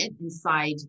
inside